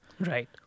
Right